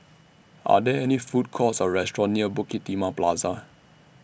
Are There any Food Courts Or restaurants near Bukit Timah Plaza